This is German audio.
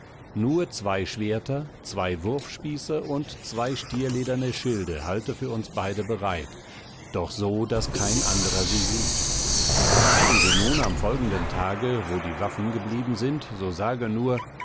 nur zwei schwerter zwei wurfspieße und zwei stierlederne schilde halte für uns beide bereit doch so daß kein anderer sie sieht fragen sie nun am folgenden tage wo die waffen geblieben sind so sage nur